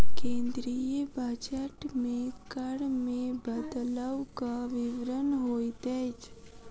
केंद्रीय बजट मे कर मे बदलवक विवरण होइत अछि